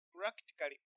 practically